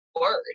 word